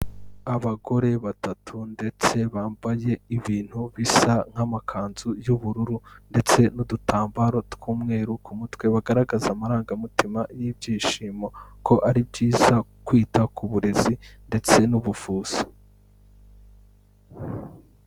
Abagore batatu ndetse bambaye ibintu bisa nk'amakanzu y'ubururu ndetse n'udutambaro tw'umweru ku mutwe bagaragaza amarangamutima y'ibyishimo ko ari byiza kwita ku burezi ndetse n'ubuvuzi.